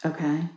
Okay